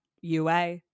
UA